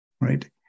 right